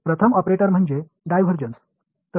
முதல் operator divergence ஆகும்